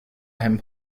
him